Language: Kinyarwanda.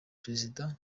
perezida